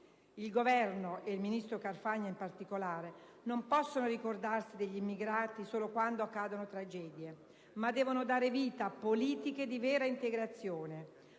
Il Governo, e il ministro Carfagna in particolare, non possono ricordarsi degli immigrati solo quando accadono tragedie ma devono dare vita a politiche di vera integrazione,